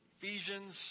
Ephesians